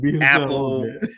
Apple